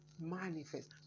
manifest